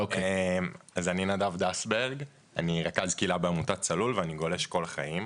אני רכז קהילה בעמותת "צלול" ואני גולש כל החיים.